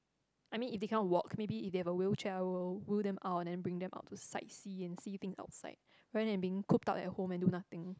I mean if they cannot walk maybe if they have a wheelchair I will wheel them out and then bring them out to sight see and see things outside rather than being cooped up at home and do nothing